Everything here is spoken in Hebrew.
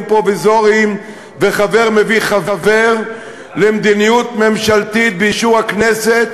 פרוביזוריים וחבר מביא חבר למדיניות ממשלתית באישור הכנסת,